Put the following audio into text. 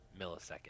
millisecond